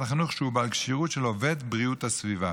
החינוך שהוא בעל כשירות של עובד בריאות הסביבה